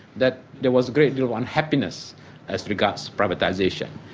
that there was a great deal of unhappiness as regards privatisation,